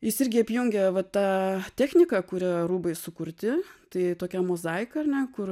jis irgi apjungia va tą techniką kuria rūbai sukurti tai tokia mozaika ar ne kur